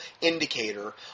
indicator